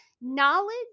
knowledge